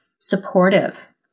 supportive